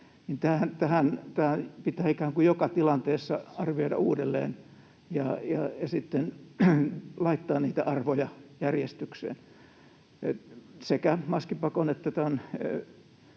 ikään kuin joka tilanteessa arvioida uudelleen ja sitten laittaa niitä arvoja järjestykseen. Sekä maskipakon että